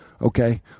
okay